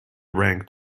ranked